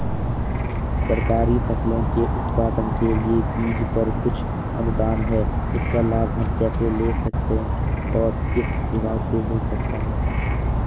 सरकारी फसलों के उत्पादन के लिए बीज पर कुछ अनुदान है इसका लाभ हम कैसे ले सकते हैं और किस विभाग से मिल सकता है?